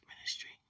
ministry